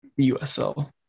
USL